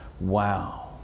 Wow